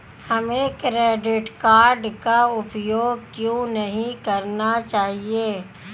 हमें credit card का उपयोग क्यों नहीं करना चाहिए?